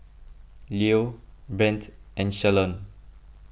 Lue Brent and Shalon